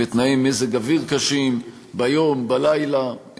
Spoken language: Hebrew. בתנאי מזג אוויר קשים, ביום, בלילה,